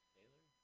Taylor